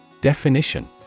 Definition